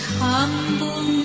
humble